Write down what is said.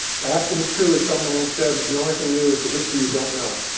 perhaps it is true, as someone once said, that the only thing new is the history you don't know.